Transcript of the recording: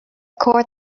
cord